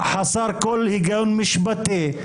חסר כל היגיון משפטי,